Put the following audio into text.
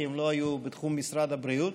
כי הם לא היו בתחום משרד הבריאות.